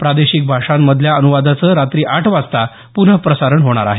प्रादेशिक भाषांमधल्या अनुवादाचं रात्री आठ वाजता प्नःप्रसारण होणार आहे